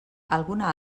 alguna